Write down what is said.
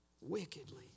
wickedly